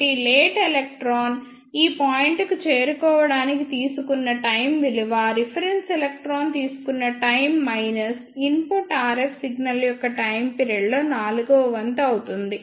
కాబట్టి late electron ఈ point కు చేరుకోవడానికి తీసుకున్న టైమ్ విలువ రిఫరెన్స్ ఎలక్ట్రాన్ తీసుకున్న time minus input RF signal యొక్క టైమ్ పీరియడ్ లో నాలుగవ వంతు అవుతుంది